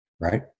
Right